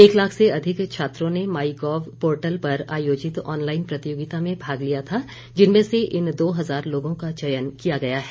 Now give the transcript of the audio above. एक लाख से अधिक छात्रों ने माईगोव पोर्टल पर आयोजित ऑनलाइन प्रतियोगिता में भाग लिया था जिनमें से इन दो हजार लोगों का चयन किया गया है